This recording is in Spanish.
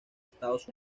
estados